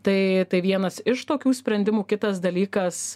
tai tai vienas iš tokių sprendimų kitas dalykas